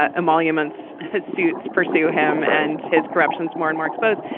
ah emoluments his suits pursue him and his corruptions more and more exposed.